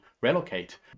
relocate